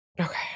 Okay